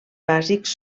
bàsics